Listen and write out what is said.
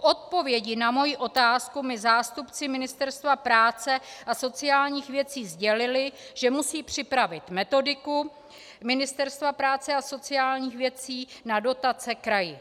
V odpovědi na moji otázku mi zástupci Ministerstva práce a sociálních věcí sdělili, že musí připravit metodiku Ministerstva práce a sociálních věcí na dotace kraji.